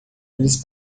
eles